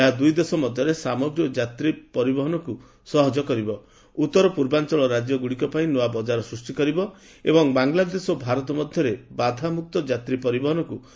ଏହା ଦୁଇଦେଶ ମଧ୍ୟରେ ସାମଗ୍ରୀ ଓ ଯାତ୍ରୀ ପରିବହନକୁ ସହଜ କରିବ ଉତ୍ତର ପୂର୍ବାଞ୍ଚଳ ରାଜ୍ୟ ଗୁଡ଼ିକ ପାଇଁ ନୂଆ ବଜାର ସୃଷ୍ଟି କରିବ ଏବଂ ବାଙ୍ଗଲାଦେଶ ଓ ଭାରତ ମଧ୍ୟରେ ବାଧାମୁକ୍ତ ଯାତ୍ରୀ ପରିବହନ ସୁନିଣ୍ଟିତ ହୋଇପାରିବ